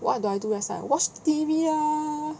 what do I do as I watch T_V ah